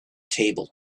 table